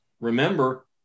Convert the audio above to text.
Remember